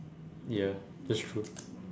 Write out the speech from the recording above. ya that's true